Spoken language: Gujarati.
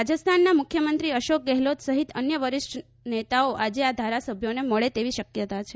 રાજસ્થાનના મુખ્યમંત્રી અશોક ગહેલોત સહિત અન્ય વરિષ્ઠ નેતાઓ આજે આ ધારાસભ્યોને મળે તેવી શક્યતા છે